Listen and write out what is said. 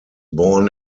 born